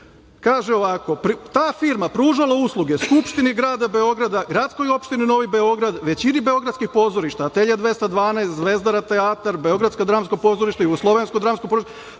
Kaže ovako, ta firma je pružala usluge Skupštini Grada Beograda, Gradskoj opštini Novi Beograd, većini beogradskih pozorišta, Atelje 212, Zvezdara teatar, Beogradsko dramsko pozorište, Jugoslovensko dramsko pozorište,